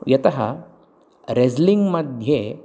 यतः रेस्लिङ् मध्ये